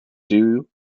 due